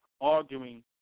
arguing